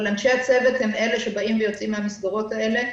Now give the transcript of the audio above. אבל אנשי הצוות הם אלה שבאים ויוצאים מן המסגרות האלה.